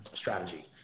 strategy